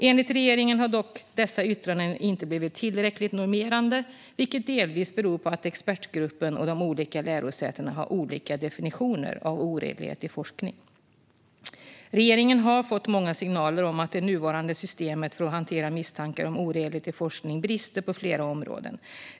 Enligt regeringen har dock dessa yttranden inte blivit tillräckligt normerande, vilket delvis beror på att expertgruppen och de olika lärosätena har olika definitioner av oredlighet i forskning. Regeringen har fått många signaler om att det nuvarande systemet för att hantera misstankar om oredlighet i forskning brister på flera områden.